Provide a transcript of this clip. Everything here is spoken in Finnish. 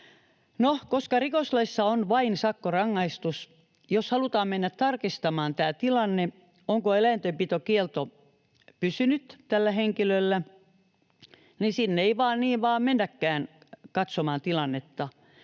koska rikoslaissa on vain sakkorangaistus, niin jos halutaan mennä tarkistamaan tämä tilanne, onko eläintenpitokielto pysynyt tällä henkilöllä, niin sinne ei niin vaan mennäkään katsomaan tilannetta.